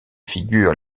figures